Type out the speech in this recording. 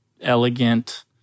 elegant